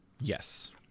Yes